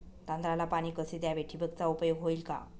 तांदळाला पाणी कसे द्यावे? ठिबकचा उपयोग होईल का?